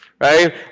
Right